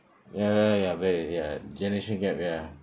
ya ya very ya generation gap ya